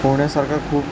पोहण्यासारखा खूप